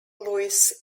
lewis